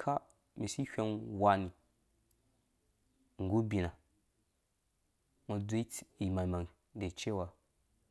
kha masi wheng wani nggu ubina ngɔ dzowe imangmang de cewa.